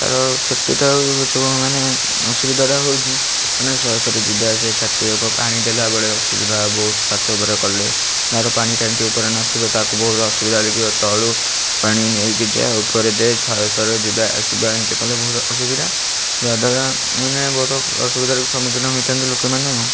ତା'ର କେତେଟା ଆଉ ଗଛ କ'ଣ ମାନେ ଅସୁବିଧାଟା ହେଉଛି ମାନେ ଶହେଥର ଯିବାଆସିବା ଛାତଯାକ ପାଣି ଦେଲାବେଳେ ଅସୁବିଧା ହବ ଛାତ ଉପରେ କଲେ ଯାହାର ପାଣି ଟାଙ୍କି ତାକୁ ବହୁତ ଅସୁବିଧା ଲାଗିବ ତଳୁ ପାଣି ନେଇକି ଯାଅ ଉପରେ ଦେ ଶହେଥର ଯିବାଆସିବା ଏମିତି କଲେ ବହୁତ ଅସୁବିଧା ଯାହାଦ୍ୱାରା ମାନେ ବହୁତ ଅସୁବିଧାର ସମ୍ମୁଖୀନ ହୋଇଥାନ୍ତି ଲୋକମାନେ